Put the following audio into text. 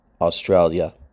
Australia